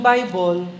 Bible